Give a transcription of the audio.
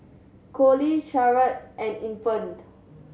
Coley Charolette and Infant